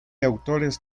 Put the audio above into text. autores